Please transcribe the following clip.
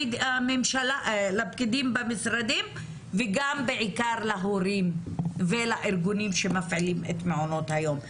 לפקידים במשרדים וגם בעיקר להורים ולארגונים שמפעילים את מעונות היום.